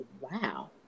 wow